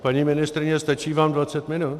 Paní ministryně, stačí vám dvacet minut?